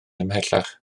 ymhellach